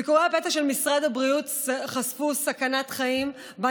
ביקורי הפתע של משרד הבריאות חשפו סכנת חיים שבה